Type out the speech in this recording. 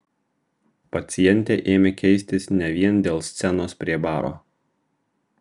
pacientė ėmė keistis ne vien dėl scenos prie baro